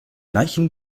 leichen